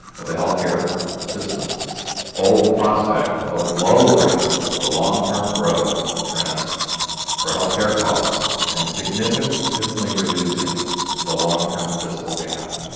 of the health care system hold the prospect of lowering the long-term growth trend for health care costs and significantly reducing the long-term fiscal gap.